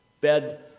bed